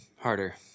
harder